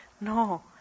No